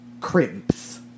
crimps